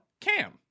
Cam